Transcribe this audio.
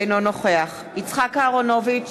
אינו נוכח יצחק אהרונוביץ,